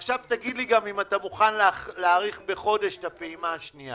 עכשיו תגיד לי גם אם אתה מוכן להאריך בחודש את הפעימה השנייה.